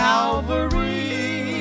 Calvary